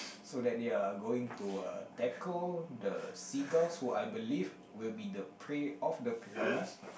so that they are going to uh tackle the seagulls which I believe will be the prey of the piranhas